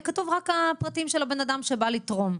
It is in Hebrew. אלא רק הפרטים של האדם שבא לתרום?